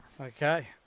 Okay